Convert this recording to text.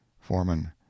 Foreman